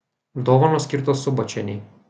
dovanos skirtos subočienei